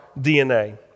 DNA